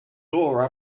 door